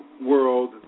world